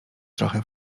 trochę